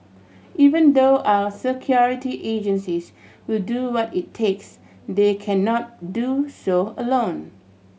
even though our security agencies will do what it takes they cannot do so alone